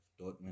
Dortmund